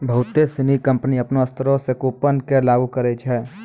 बहुते सिनी कंपनी अपनो स्तरो से कूपन के लागू करै छै